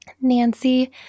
Nancy